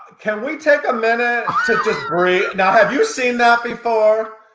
can we take a minute to just breathe, now have you seen that before?